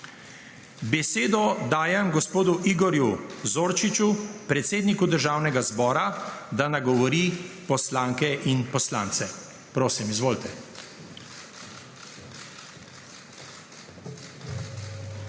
Besedo dajem gospodu Igorju Zorčiču, predsedniku Državnega zbora, da nagovori poslanke in poslance. Prosim, izvolite.